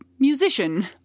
Musician